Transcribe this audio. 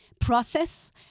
process